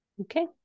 Okay